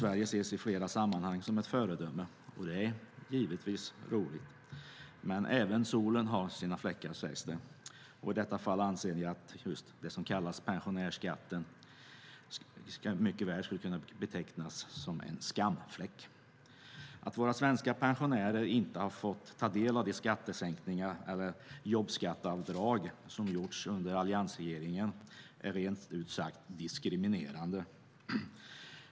Sverige ses i flera sammanhang som ett föredöme, och det är givetvis roligt, men även solen har fläckar, sägs det. I detta fall anser jag att det som kallas pensionärsskatten mycket väl skulle kunna betecknas som en skamfläck. Att våra svenska pensionärer inte har fått ta del av de skattesänkningar eller jobbskatteavdrag som gjorts under alliansregeringen är rent ut sagt diskriminerande.